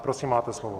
Prosím, máte slovo.